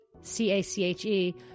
c-a-c-h-e